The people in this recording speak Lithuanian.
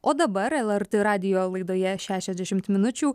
o dabar lrt radijo laidoje šešiasdešimt minučių